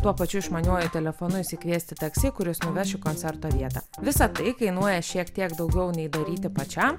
tuo pačiu išmaniuoju telefonu išsikviesti taksi kuris nuveš į koncerto vietą visa tai kainuoja šiek tiek daugiau nei daryti pačiam